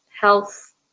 health